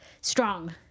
strong